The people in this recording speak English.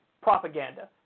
propaganda